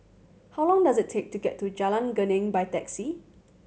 how long does it take to get to Jalan Geneng by taxi